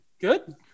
Good